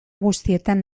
guztietan